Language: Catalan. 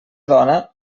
dona